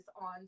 on